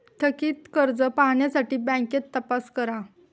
थकित कर्ज पाहण्यासाठी बँकेत तपास करा